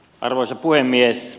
arvoisa puhemies